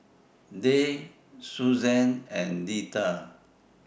Dayle Susanne and Deetta